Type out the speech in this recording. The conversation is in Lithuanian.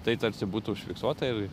tai tarsi būtų užfiksuota ir